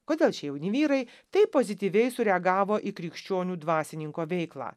kodėl šie jauni vyrai taip pozityviai sureagavo į krikščionių dvasininko veiklą